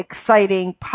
exciting